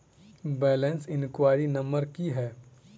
Balance enquiry number की है?